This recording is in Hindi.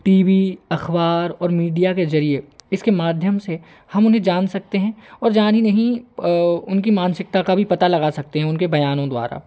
टी वी अखबार और मीडिया के जरिए इसके माध्यम से हम उन्हें जान सकते हैं और जान ही नहीं उनकी मानसिकता का भी पता लगा सकते हैं उनके बयानों द्वारा